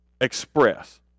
express